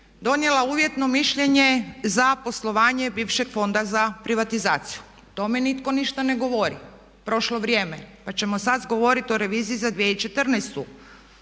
donijela uvjetno mišljenje za poslovanje bivšeg Fonda za privatizaciju. O tome nitko ništa ne govori. Prošlo je vrijeme pa ćemo sad govoriti o reviziji za 2014.